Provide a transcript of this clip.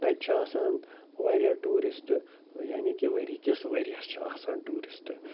تَتہِ چھِ آسان واریاہ ٹوٗرِسٹ یعنی کہِ ؤری کِس ؤریَس چھِ آسان ٹوٗرِسٹ